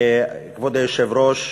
כבוד היושב-ראש,